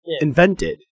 invented